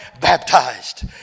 baptized